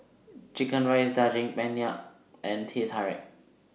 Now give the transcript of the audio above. Chicken Rice Daging Penyet and Teh Tarik